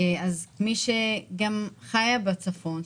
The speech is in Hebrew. כמי שגם חיה בצפון,